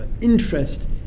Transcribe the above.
interest